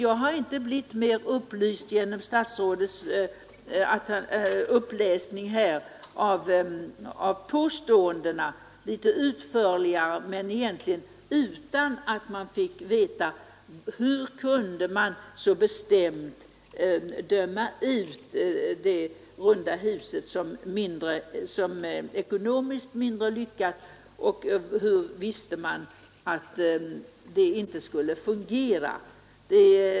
Jag har inte blivit mer upplyst genom statsrådets uppläsning av påståenden. Vi fick egentligen ingenting veta om hur man så bestämt kunde döma ut det runda huset som ekonomiskt mindre lyckat och hur man visste att det inte skulle fungera.